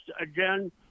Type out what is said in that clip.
again